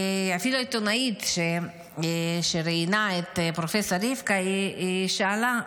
אפילו העיתונאית שראיינה את פרופ' רבקה שאלה: